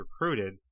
recruited